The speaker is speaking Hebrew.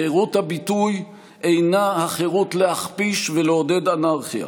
חירות הביטוי אינה החירות להכפיש ולעודד אנרכיה.